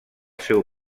seu